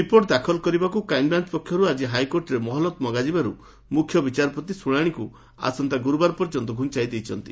report ଦାଖଲ କରିବାକୁ crime branch ପକ୍ଷରୁ ଆକି ହାଇକୋର୍ଟରେ ମହଲତ ମଗାଯିବାରୁ ମୁଖ୍ୟବିଚାରପତି ଶୁଣାଣିକୁ ଆସନ୍ତା ଗୁରୁବାର ପର୍ଯ୍ୟନ୍ତ ଘୁଞ୍ଚାଇ ଦେଇଛନ୍ତି